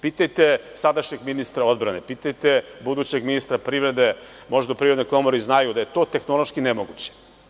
Pitajte sadašnjeg ministra odbrane, pitajte budućeg ministra privrede, možda u Privrednoj komori znaju da je to tehnološki nemoguće.